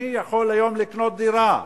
מי יכול היום לקנות דירה?